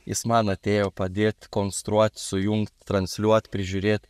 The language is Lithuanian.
jis man atėjo padėt konstruot sujungt transliuot prižiūrėt